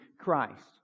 Christ